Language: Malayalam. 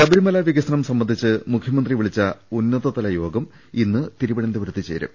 ശബരിമല വികസനം സംബന്ധിച്ച് മുഖ്യമന്ത്രി വിളിച്ച ഉന്നത തല യോഗം ഇന്ന് തിരുവനന്തപുരത്ത് ചേരും